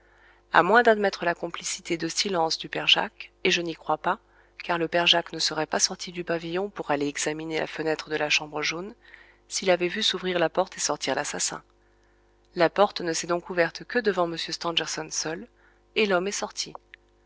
à moins d'admettre la complicité du père jacques et je n'y crois pas car le père jacques ne serait pas sorti du pavillon pour aller examiner la fenêtre de la chambre jaune s'il avait vu s'ouvrir la porte et sortir l'assassin la porte ne s'est donc ouverte que devant m stangerson seul et l'homme est sorti